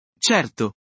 Certo